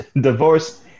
divorce